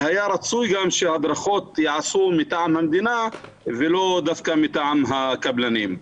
היה רצוי שהדרכות ייעשו מטעם המדינה ולאו דווקא מטעם הקבלנים.